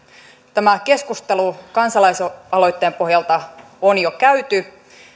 tämä keskustelu kansalaisaloitteen pohjalta on jo käyty